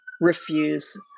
refuse